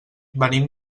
venim